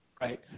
Right